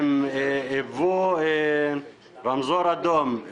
הדליקו רמזור אדום.